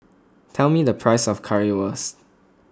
tell me the price of Currywurst